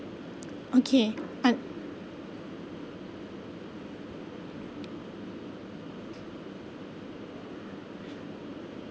okay uh